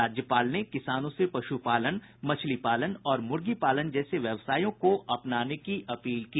राज्यपाल किसानों से पशुपालन मछलीपालन और मुर्गीपालन जैसे व्यवसायों को अपनाने की अपील की